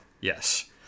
Yes